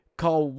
call